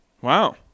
wow